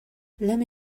lemme